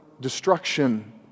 destruction